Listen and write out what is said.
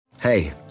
Hey